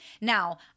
Now